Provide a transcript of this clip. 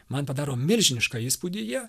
man padaro milžinišką įspūdį jie